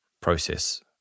process